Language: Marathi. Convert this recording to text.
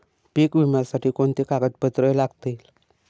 पीक विम्यासाठी कोणती कागदपत्रे लागतील?